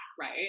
Right